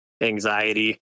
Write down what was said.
anxiety